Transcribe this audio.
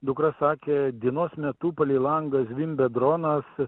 dukra sakė dienos metu palei langą zvimbia dronas